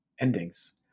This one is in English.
endings